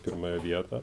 pirmąją vietą